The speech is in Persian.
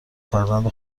فرزند